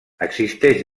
existeix